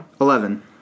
Eleven